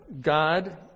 God